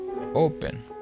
open